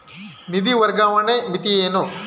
ನಿಧಿ ವರ್ಗಾವಣೆಯ ಮಿತಿ ಏನು?